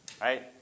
Right